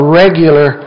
regular